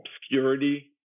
obscurity